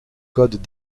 codes